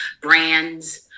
brands